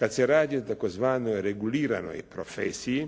Kad se radi o tzv. reguliranoj profesiji